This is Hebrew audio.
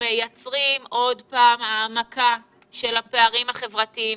מייצרים עוד פעם העמקה של הפערים החברתיים,